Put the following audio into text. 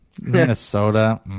Minnesota